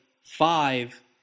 five